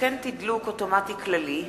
(התקן תדלוק אוטומטי כללי),